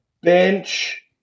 bench